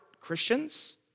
Christians